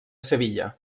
sevilla